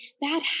bad